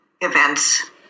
events